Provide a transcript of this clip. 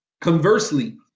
Conversely